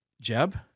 Jeb